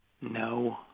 No